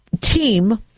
team